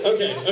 Okay